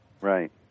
Right